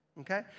okay